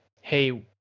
hey